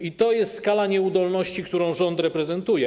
I to jest skala nieudolności, którą rząd reprezentuje.